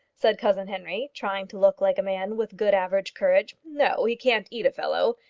said cousin henry, trying to look like a man with good average courage. no he can't eat a fellow.